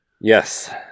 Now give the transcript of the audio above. Yes